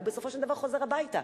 הוא בסופו של דבר חוזר הביתה,